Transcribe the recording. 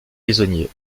prisonniers